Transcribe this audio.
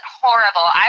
horrible